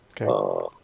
Okay